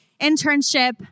internship